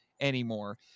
anymore